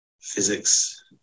physics